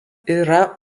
yra